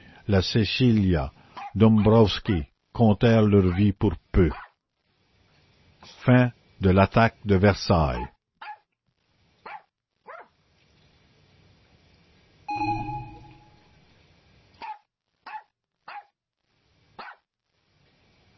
cecillia dombwroski comptèrent leur vie pour peu la